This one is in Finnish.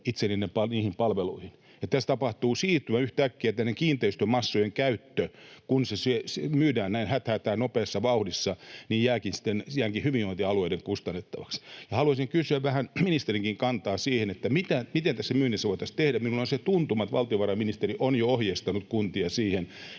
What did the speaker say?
itse niihin palveluihin? Ja tässä tapahtuu siirtymä yhtäkkiä, että näiden kiinteistömassojen käyttö, kun myydään näin häthätää, nopeassa vauhdissa, jääkin sitten hyvinvointialueiden kustannettavaksi. Haluaisin kysyä vähän ministerinkin kantaa siihen, mitä tässä myynnissä voitaisiin tehdä. Minulla on se tuntuma, että valtiovarainministeri on jo ohjeistanut kuntia siihen,